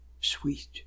sweet